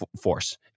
force